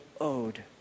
Owed